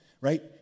right